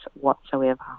whatsoever